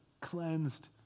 cleansed